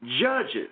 judges